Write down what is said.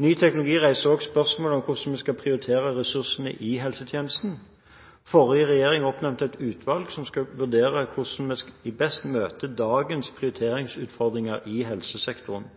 Ny teknologi reiser også spørsmål om hvordan vi skal prioritere ressursene i helsetjenesten. Forrige regjering oppnevnte et utvalg som skal vurdere hvordan vi best møter dagens prioriteringsutfordringer i helsesektoren.